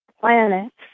planets